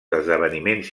esdeveniments